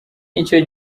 nicyo